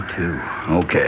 Okay